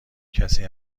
کسی